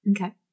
Okay